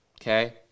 okay